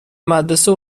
مدرسه